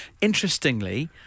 Interestingly